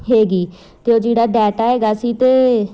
ਹੈਗੀ ਅਤੇ ਉਹ ਜਿਹੜਾ ਡਾਟਾ ਹੈਗਾ ਸੀ ਅਤੇ